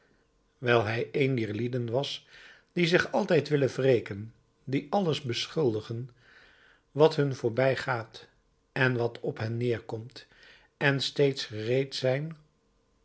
wijl hij een dier lieden was die zich altijd willen wreken die alles beschuldigen wat hun voorbijgaat en wat op hen neerkomt en steeds gereed zijn